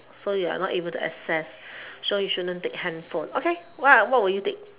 so you're not able to access so you shouldn't take handphone okay what what will you take